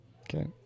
Okay